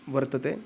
वर्तते